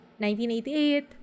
1988